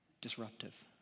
disruptive